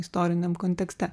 istoriniam kontekste